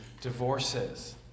divorces